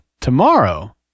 tomorrow